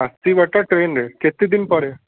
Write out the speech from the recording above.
ଆସିବାଟା ଟ୍ରେନରେ କେତେ ଦିନପରେ